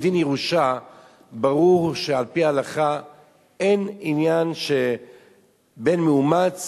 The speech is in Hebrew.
מדין ירושה ברור שעל-פי ההלכה אין עניין שבן מאומץ